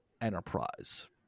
Enterprise